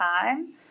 time